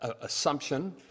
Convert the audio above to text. assumption